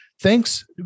thanks